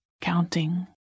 counting